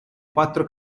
quattro